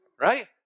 right